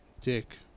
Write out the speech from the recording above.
Dick